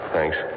Thanks